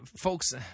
folks